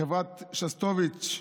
חברת שסטוביץ,